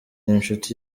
inshuti